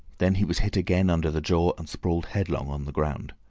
then he was hit again under the jaw, and sprawled headlong on the ground.